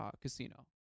casino